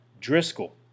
Driscoll